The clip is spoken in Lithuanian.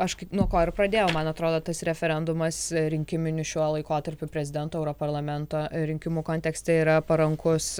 aš kaip nuo ko ir pradėjau man atrodo tas referendumas rinkiminiu šiuo laikotarpiu prezidento europarlamento rinkimų kontekste yra parankus